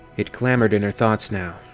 it clamored in her thoughts now,